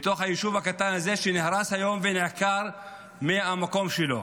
ביישוב הקטן הזה שנהרס היום ונעקר מהמקום שלו,